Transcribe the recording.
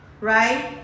right